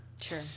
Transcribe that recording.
Sure